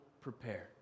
prepare